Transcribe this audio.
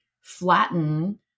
flatten